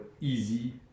easy